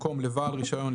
במקום "לבעל רישיון,